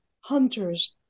hunter's